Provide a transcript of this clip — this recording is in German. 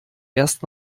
erst